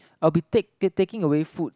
I will be take take taking away food